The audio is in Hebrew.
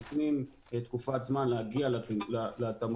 נותנים תקופת זמן להגיע להחלטה,